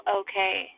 okay